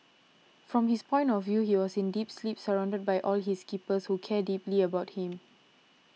from his point of view he was in deep sleep surrounded by all his keepers who care deeply about him